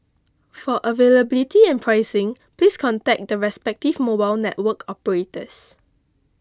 for availability and pricing please contact the respective mobile network operators